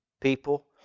people